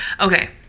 Okay